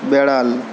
বেড়াল